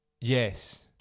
Yes